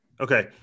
okay